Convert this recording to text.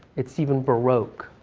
its even baroque.